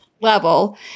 level